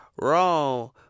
wrong